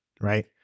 right